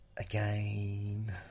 Again